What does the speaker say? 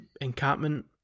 encampment